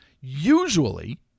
usually